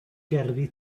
gerddi